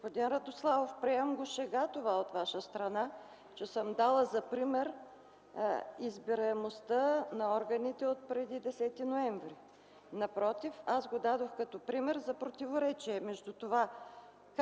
Господин Радославов, приемам на шега това от Ваша страна, че съм дала за пример избираемостта на органите отпреди 10 ноември. Напротив, аз го дадох като пример за противоречие между това